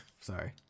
Sorry